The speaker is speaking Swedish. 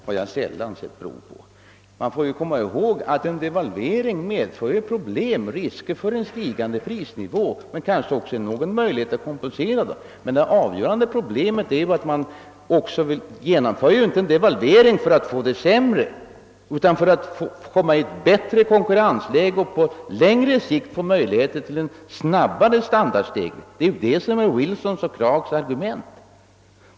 Vi bör komma ihåg att en devalvering medför problem och risker för höjda priser; men också möjlighet att kompensera detta. Man genomför inte en devalvering för att få det sämre utan för att komma i ett bättre konkurrensläge och på längre sikt få möjligheter till en snabbare standardstegring — det är också Wilsons och Krags argument.